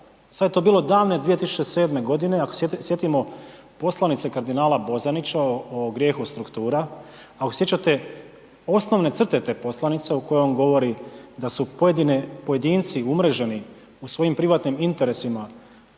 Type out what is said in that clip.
sve je to bilo davne 2007.g., ako se sjetimo poslanice kardinala Bozanića o grijehu struktura, ako se sjećate osnovne crte te poslanice u kojoj on govori da su pojedine, pojedinci umreženi u svojim privatnim interesima